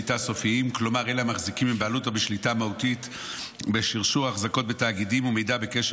הכנסת, לקריאה שנייה ולקריאה שלישית, את הצעת